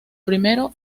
primero